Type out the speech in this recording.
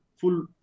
full